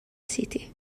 city